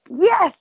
yes